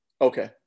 Okay